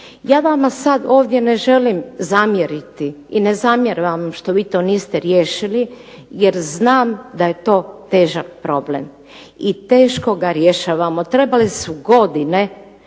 Ja vama sada ovdje ne želim zamjeriti i ne zamjeram vam što vi to niste riješili, jer znam da je to težak problem i teško ga rješavamo. Trebale su godine